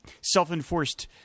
self-enforced